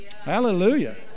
Hallelujah